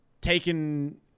taken